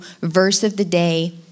verse-of-the-day